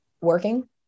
working